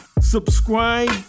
subscribe